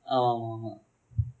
ஆமா ஆமா ஆமா:aamaa aamaa aamaa